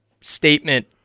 statement